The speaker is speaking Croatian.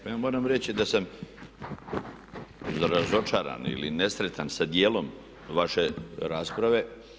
Pa ja moram reći da sam razočaran ili nesretan sa dijelom vaše rasprave.